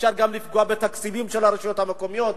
אפשר גם לפגוע בתקציבים של הרשויות המקומיות,